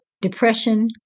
depression